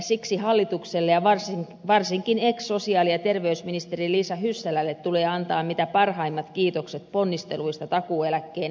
siksi hallitukselle ja varsinkin ex sosiaali ja terveysministeri liisa hyssälälle tulee antaa mitä parhaimmat kiitokset ponnisteluista takuueläkkeen eteenpäinviemiseksi